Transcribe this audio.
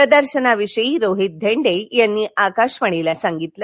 प्रदर्शनाविषयी रोहित धेंडे यांनी आकाशवाणीला सांगितलं